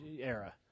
era